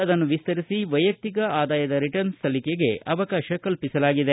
ಆದನ್ನು ವಿಸ್ತರಿಸಿ ವೈಯಕ್ತಿಕ ಆದಾಯದ ರಿಟರ್ನ್ಸ್ ಸಲ್ಲಿಕೆಗೆ ಅವಕಾಶ ಕಲ್ಪಿಸಲಾಗಿದೆ